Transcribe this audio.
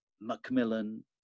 Macmillan